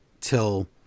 till